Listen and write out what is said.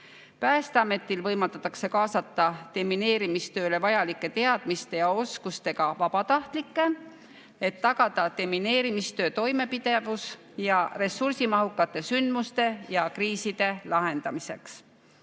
Päästeametil võimaldatakse kaasata demineerimistööle vajalike teadmiste ja oskustega vabatahtlikke, et tagada demineerimistöö toimepidevus ressursimahukate sündmuste ja kriiside lahendamisel.